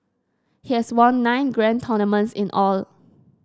he has won nine grand tournaments in all